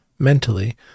mentally